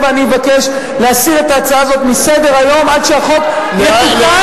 אני מבקש להסיר את ההצעה הזאת מסדר-היום עד שהחוק יתוקן,